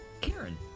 Karen